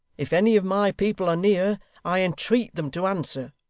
if any of my people are near, i entreat them to answer